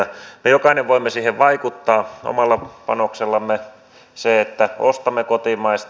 me jokainen voimme siihen vaikuttaa omalla panoksellamme sillä että ostamme kotimaista